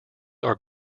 are